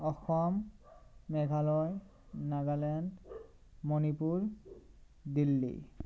Assam Meghalaya Nagaland Manipur Delhi